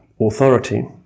authority